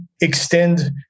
extend